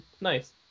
Nice